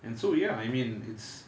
and so ya I mean it's